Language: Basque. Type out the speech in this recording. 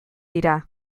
dira